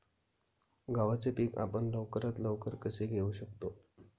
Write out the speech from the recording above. गव्हाचे पीक आपण लवकरात लवकर कसे घेऊ शकतो?